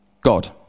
God